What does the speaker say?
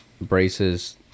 braces